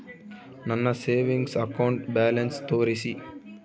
ನನ್ನ savings account balance ತೋರಿಸಿ?